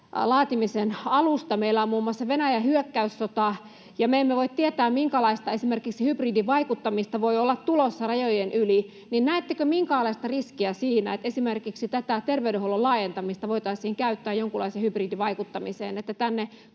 laatimisen alusta — meillä on muun muassa Venäjän hyökkäyssota, ja me emme voi tietää, minkälaista esimerkiksi hybridivaikuttamista voi olla tulossa rajojen yli — niin näettekö minkäänlaista riskiä siinä, että esimerkiksi tätä terveydenhuollon laajentamista voitaisiin käyttää jonkunlaiseen hybridivaikuttamiseen,